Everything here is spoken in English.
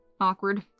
awkward